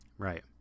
Right